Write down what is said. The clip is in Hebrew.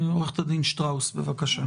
עורכת הדין שטראוס, בבקשה.